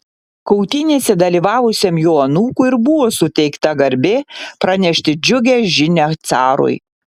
kautynėse dalyvavusiam jo anūkui ir buvo suteikta garbė pranešti džiugią žinią carui